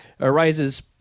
arises